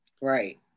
Right